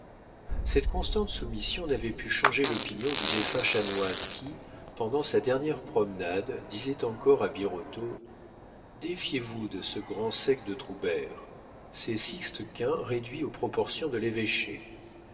cette constante soumission n'avait pu changer l'opinion du défunt chanoine qui pendant sa dernière promenade disait encore à birotteau défiez-vous de ce grand sec de troubert c'est sixte-quint réduit aux proportions de l'évêché